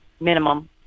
minimum